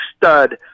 stud